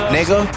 Nigga